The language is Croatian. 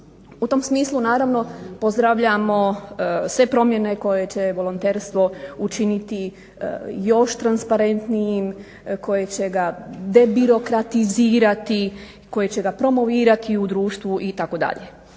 U tom smislu naravno pozdravljamo sve promjene koje će volonterstvo učiniti još transparentnijim, koje će ga debirokratizirati, koje će ga promovirati u društvu itd.